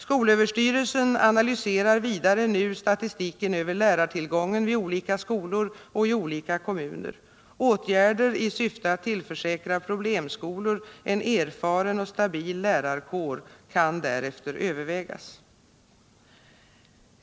Skolöverstyrelsen analyserar vidare nu statistiken över lärartillgången vid olika skolor och i olika kommuner. Åtgärder i syfte att tillförsäkra problemskolor en erfaren och stabil lärarkår kan därefter övervägas.